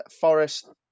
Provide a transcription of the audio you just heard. Forest